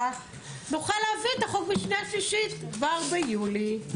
נוכל להביא את החוק לשנייה-שלישית כבר ביולי.